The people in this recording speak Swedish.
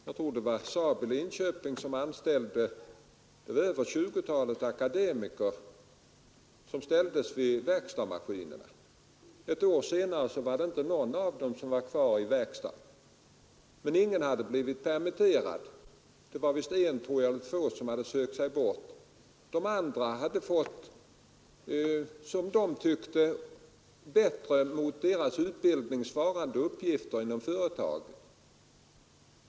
Jag tror det var SAAB i Linköping som anställde över 20-talet akademiker och ställde dem vid verkstadsmaskinerna. Ett år senare var inte någon av dem kvar i verkstaden. Men ingen hade blivit permitterad. Det var visst en eller två som sökt sig bort — de andra hade fått, som de tyckte, bättre mot deras utbildning svarande uppgifter inom företaget.